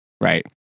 right